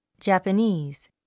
Japanese